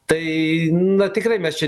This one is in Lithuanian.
tai na tikrai mes čia